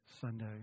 Sunday